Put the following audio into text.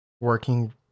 working